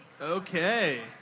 Okay